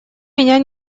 меня